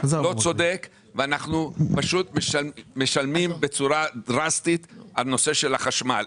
לא צודק ואנחנו משלמים בצורה דרסטית על נושא החשמל.